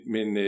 Men